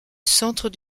centre